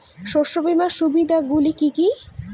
শস্য বীমার সুবিধা গুলি কি কি?